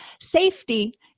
Safety